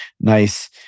nice